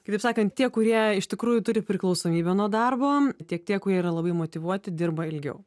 kitaip sakant tie kurie iš tikrųjų turi priklausomybę nuo darbo tiek tie kurie yra labai motyvuoti dirba ilgiau